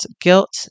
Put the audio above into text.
guilt